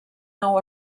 nou